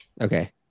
Okay